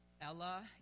Ella